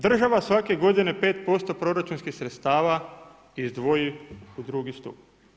Država svake godine 5% proračunskih sredstava izdvoji u drugi stup.